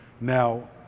Now